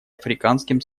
африканским